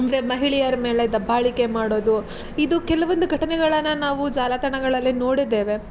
ಅಂದರೆ ಮಹಿಳೆಯರ ಮೇಲೆ ದಬ್ಬಾಳಿಕೆ ಮಾಡೋದು ಇದು ಕೆಲವೊಂದು ಘಟನೆಗಳನ್ನು ನಾವು ಜಾಲತಾಣಗಳಲ್ಲಿ ನೋಡಿದ್ದೇವೆ